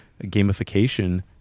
gamification